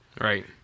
Right